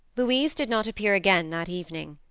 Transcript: louise did not appear again that evening.